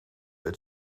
het